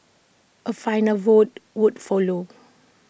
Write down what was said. A final vote would follow